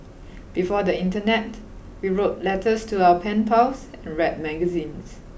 before the internet we wrote letters to our pen pals and read magazines